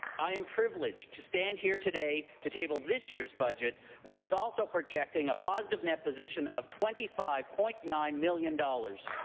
i am privileged to stand here today to table this year's budget which is also projecting a positive net position of twenty five point nine dollars